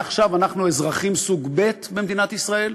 מעכשיו אנחנו אזרחים סוג ב' במדינת ישראל?